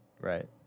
right